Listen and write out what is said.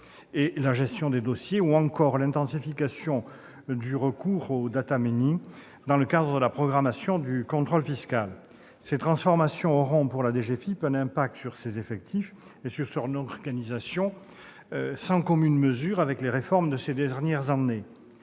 et la gestion des dossiers, ou encore d'intensifier le recours au dans le cadre de la programmation du contrôle fiscal. Ces transformations auront, pour la DGFiP, des incidences sur ses effectifs et sur son organisation sans commune mesure avec les réformes de ces dernières années.